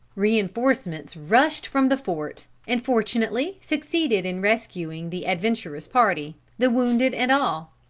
reinforcements rushed from the fort, and fortunately succeeded in rescuing the adventurous party, the wounded and all.